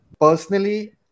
Personally